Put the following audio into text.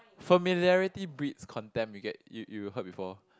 familiarity breeds contempt you get you you heard before